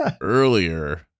earlier